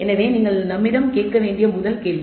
எனவே நீங்கள் எங்களிடம் கேட்க வேண்டிய முதல் கேள்வி